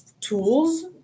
tools